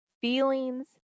feelings